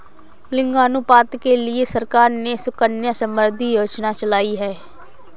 लिंगानुपात के लिए सरकार ने सुकन्या समृद्धि योजना चलाई है